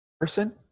person